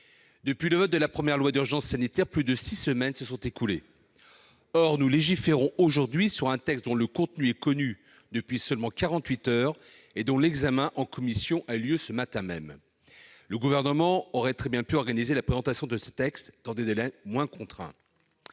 Depuis le vote de la première loi d'urgence sanitaire, plus de six semaines se sont écoulées. Or nous travaillons aujourd'hui sur un texte dont le contenu est connu depuis seulement quarante-huit heures et dont l'examen en commission a eu lieu ce matin même. Le Gouvernement aurait très bien pu organiser la présentation de ce texte dans des délais moins contraints.